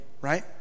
Right